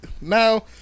Now